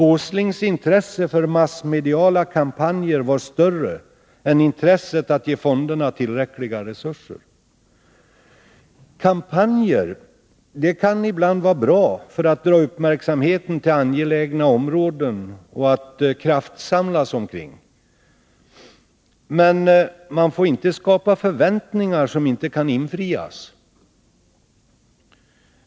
Hans intresse för massmediala kampanjer var större än intresset för att ge fonderna tillräckliga resurser. Kampanjer kan ibland vara bra för att dra uppmärksamheten till angelägna områden och kraftsamlas kring sådana områden. Men man får inte skapa förväntningar som inte kan infrias.